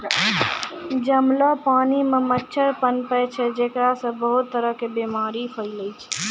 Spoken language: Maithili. जमलो पानी मॅ मच्छर पनपै छै जेकरा सॅ बहुत तरह के बीमारी फैलै छै